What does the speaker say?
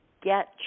get